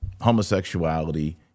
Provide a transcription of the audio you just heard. homosexuality